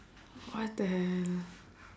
what the hell